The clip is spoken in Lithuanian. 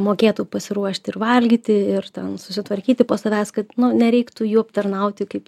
mokėtų pasiruošti ir valgyti ir ten susitvarkyti po savęs kad nereiktų jų aptarnauti kaip